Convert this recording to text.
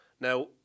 Now